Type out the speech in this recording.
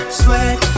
sweat